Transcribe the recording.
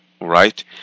right